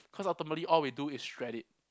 cause ultimately all we do is shred it